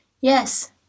Yes